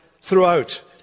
throughout